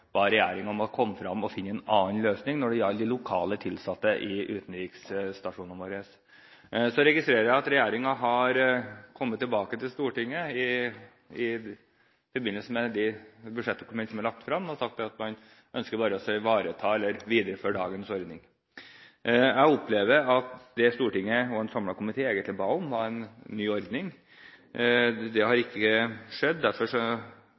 ba regjeringen om å finne en annen løsning når det gjaldt de lokale tilsatte i utenriksstasjonene våre. Så registrerer jeg at regjeringen har kommet tilbake til Stortinget i forbindelse med de budsjettdokument som er lagt frem, og sagt at man ønsker bare å ivareta eller videreføre dagens ordning. Jeg opplever at det Stortinget og en samlet komité egentlig ba om, var en ny ordning. Det har ikke skjedd. Fremskrittspartiet står fortsatt fast på at det er det vi ønsker. Derfor